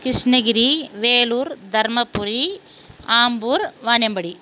Krishnagiri Vellore Dharmapuri Ambur Vaniyambadi